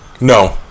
No